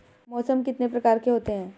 मौसम कितने प्रकार के होते हैं?